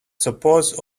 suppose